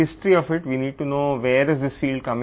మరియు దాని చరిత్ర ఏమిటి